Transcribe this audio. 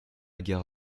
guerre